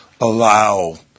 allow